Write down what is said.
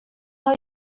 are